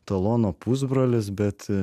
talono pusbrolis bet